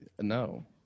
no